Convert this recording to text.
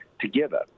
together